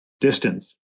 distance